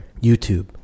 YouTube